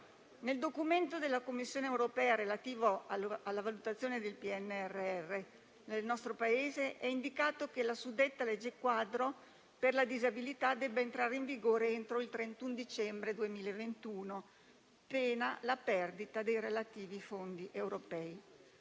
Nel documento della Commissione europea relativo alla valutazione del Piano nazionale di ripresa e resilienza (PNRR) nel nostro Paese è indicato che la suddetta legge quadro per la disabilità debba entrare in vigore entro il 31 dicembre 2021, pena la perdita dei relativi fondi europei.